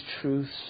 truths